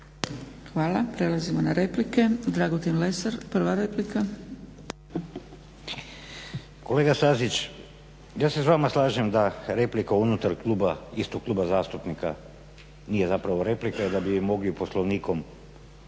**Lesar, Dragutin (Hrvatski laburisti - Stranka rada)** Kolega Stazić ja se s vama slažem da replika unutar kluba istog kluba zastupnika nije zapravo replika da bi ju mogli poslovnikom